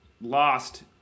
lost